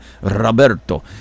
Roberto